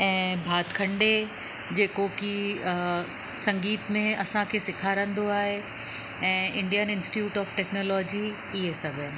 ऐं भातखंडे जेको कि संगीत में असांखे सेखारींदो आहे ऐं इंडियन इंस्टिट्यूट ऑफ़ टेक्नोलोजी इहे सभु आहिनि